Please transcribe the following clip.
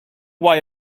why